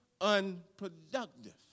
unproductive